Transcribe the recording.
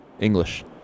English